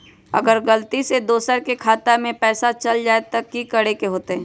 अगर गलती से दोसर के खाता में पैसा चल जताय त की करे के होतय?